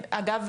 הם אגב,